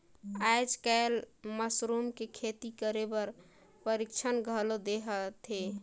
आयज कायल मसरूम के खेती करे बर परिक्छन घलो देहत हे